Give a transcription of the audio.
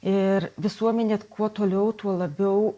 ir visuomenė kuo toliau tuo labiau